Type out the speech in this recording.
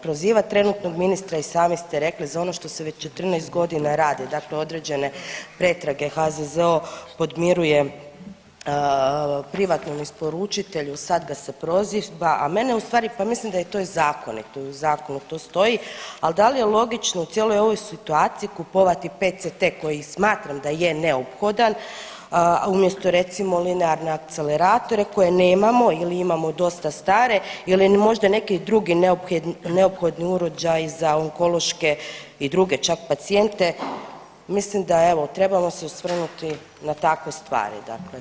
Prozivati trenutnog ministra, i sami ste rekli, za ono što se već 14 godina radi, dakle određene pretrage HZZO podmiruje privatnom isporučitelju, sad ga se proziva, a mene ustvari, pa mislim da je to i zakonu koji u zakonu stoji, ali da li je logično u cijeloj ovoj situaciji kupovati PCT koji smatram da je neophodan, a umjesto recimo, linearne akceleratore koje nemamo ili imamo dosta stare ili možda neki drugi neophodni uređaj za onkološke i druge čak pacijente, mislim da evo, trebamo se osvrnuti na takve stvari dakle.